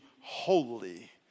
holy